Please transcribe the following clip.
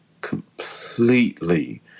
completely